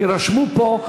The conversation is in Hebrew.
יירשמו פה,